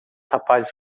rapazes